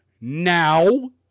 Now